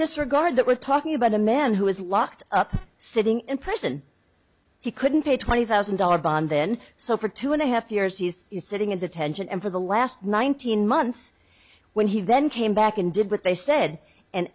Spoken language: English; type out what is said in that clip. disregard that we're talking about a man who is locked up sitting in prison he couldn't pay twenty thousand dollars bond then so for two and a half years he's sitting in detention and for the last nineteen months when he then came back and did what they said and